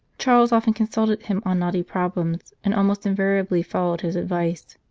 charles often consulted him on knotty problems, and almost invariably followed his advice.